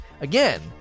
Again